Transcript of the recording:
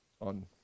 on